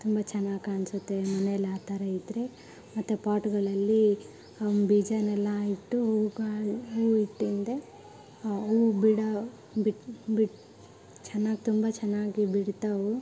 ತುಂಬ ಚೆನ್ನಾಗ್ ಕಾಣಿಸುತ್ತೆ ಮನೆಯಲ್ ಆ ಥರ ಇದ್ದರೆ ಮತ್ತು ಪಾಟುಗಳಲ್ಲಿ ಬೀಜವನ್ನೆಲ್ಲ ಇಟ್ಟು ಹೂವುಗಳ್ ಹೂವು ಇಟ್ಟಿಂದೆ ಹೂವು ಬಿಡೋ ಬಿಟ್ಟು ಬಿಟ್ಟು ಚೆನ್ನಾಗ್ ತುಂಬ ಚೆನ್ನಾಗಿ ಬಿಡ್ತಾವು